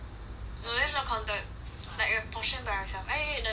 no that's not counted like a portion by myself eh I ate the Neoguri